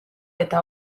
eta